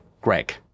greg